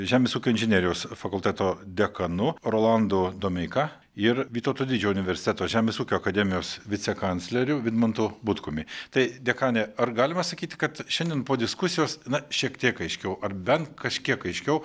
žemės ūkio inžinerijos fakulteto dekanu rolandu domeika ir vytauto didžiojo universiteto žemės ūkio akademijos vicekancleriu vidmantu butkumi tai dekane ar galima sakyti kad šiandien po diskusijos na šiek tiek aiškiau ar ben kažkiek aiškiau